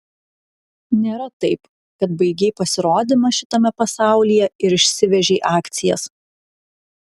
nėra taip kad baigei pasirodymą šitame pasaulyje ir išsivežei akcijas